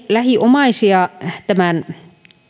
lähiomaisia tämän